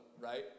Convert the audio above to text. right